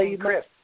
Chris